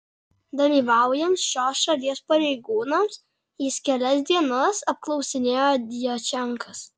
dalyvaujant šios šalies pareigūnams jis kelias dienas apklausinėjo djačenkas